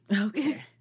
Okay